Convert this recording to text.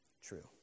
true